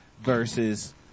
versus